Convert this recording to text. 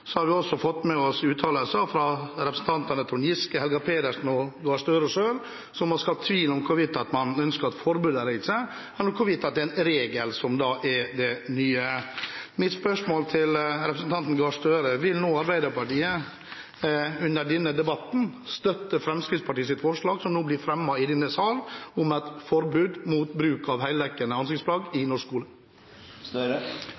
Så har vi også fått med oss uttalelser fra representantene Trond Giske, Helga Pedersen og Gahr Støre selv som har skapt tvil om hvorvidt man ønsker et forbud eller ikke, eller hvorvidt det er en regel som er det nye. Mitt spørsmål til representanten Gahr Støre er: Vil Arbeiderpartiet under denne debatten støtte Fremskrittspartiets forslag, som nå blir fremmet i denne sal, om et forbud mot bruk av heldekkende ansiktsplagg i